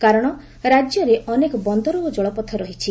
କାରଶ ରାଜ୍ୟରେ ଅନେକ ବନ୍ଦର ଓ ଜଳପଥ ରହିଛି